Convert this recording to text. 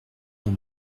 dans